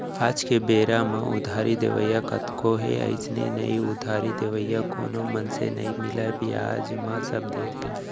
आज के बेरा म उधारी देवइया कतको हे अइसे नइ उधारी देवइया कोनो मनसे नइ मिलय बियाज म सब देथे